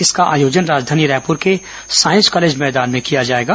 इसका आयोजन राजधानी रायपुर के साईंस कॉलेज मैदान में किया जाएगा